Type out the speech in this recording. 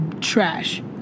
trash